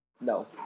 No